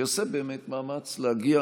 שייעשה באמת מאמץ להגיע